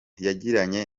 yagiranye